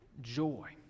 joy